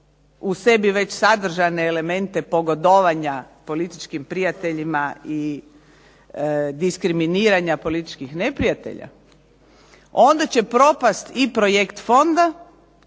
u sebi već sadržane elemente pogodovanja političkim prijateljima i diskriminiranja političkih neprijatelja, onda će propasti i projekt fonda